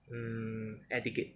um air ticket